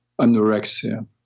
anorexia